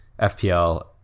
FPL